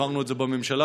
העברנו את זה בממשלה,